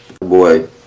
Boy